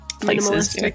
places